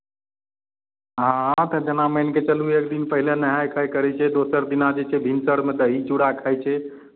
हँ तऽ जेना मानि कऽ चलू एक दिन पहिले नहाय खाय करै छै दोसर दिना जे छै भिनसरमे दही चूड़ा खाइ छै